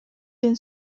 ден